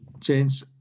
change